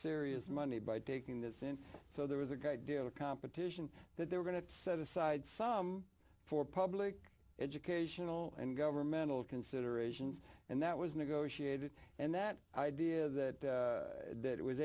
serious money by taking this in so there was a good idea of competition that they were going to set aside some for public educational and governmental considerations and that was negotiated and that idea that that was